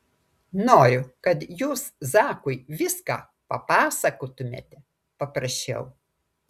noriu kad jūs zakui viską papasakotumėte paprašiau